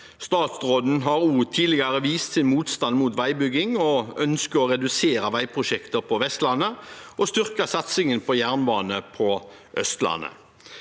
– Ordinær spørretime 3577 stand mot veibygging og ønsket å redusere veiprosjekter på Vestlandet og styrke satsingen på jernbanen på Østlandet.